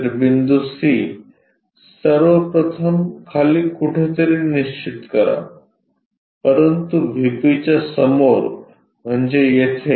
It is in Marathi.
तर बिंदू C सर्व प्रथम खाली कुठेतरी निश्चित करा परंतु व्हीपीच्या समोर म्हणजे येथे